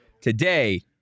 today